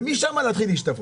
ומשם צריך להתחיל להשתוות.